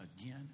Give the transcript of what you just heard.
again